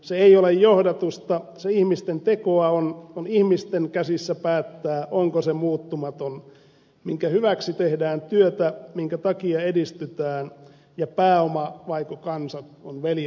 se ei ole johdatusta se ihmisten tekoa on ja on ihmisten käsissä päättää onko se muuttumaton minkä hyväksi tehdään työtä minkä takia edistytään ja pääoma vaiko kansat on veljet keskenään